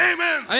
Amen